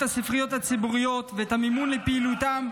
הספריות הציבוריות ואת המימון לפעילותן,